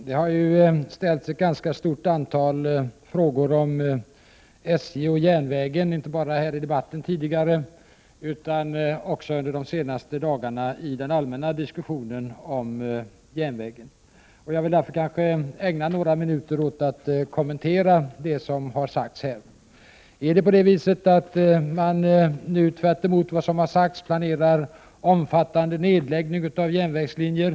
Herr talman! Det har ställts ett ganska stort antal frågor om SJ och järnvägen, inte bara här i debatten utan också de senaste dagarna i den allmänna diskussionen om järnvägen. Jag vill därför ägna några minuter åt att kommentera det som har sagts. Är det så att SJ nu, tvärtemot vad som har sagts tidigare, planerar en omfattande nedläggning av järnvägslinjer?